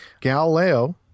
Galileo